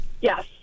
Yes